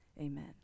amen